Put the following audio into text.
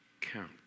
count